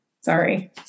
Sorry